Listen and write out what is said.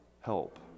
help